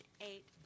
eight